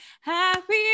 happy